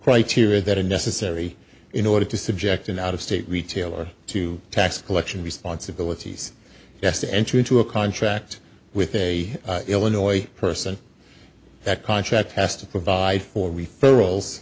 criteria that are necessary in order to subject an out of state retailer to tax collection responsibilities yes to enter into a contract with a illinois person that contract test of provide for referrals